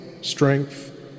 strength